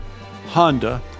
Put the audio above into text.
Honda